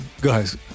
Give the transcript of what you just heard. guys